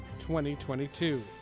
2022